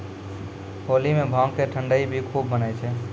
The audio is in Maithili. होली मॅ भांग के ठंडई भी खूब बनै छै